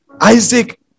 Isaac